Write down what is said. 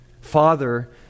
father